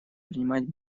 принимать